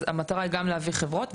אז המטרה היא גם להביא חברות,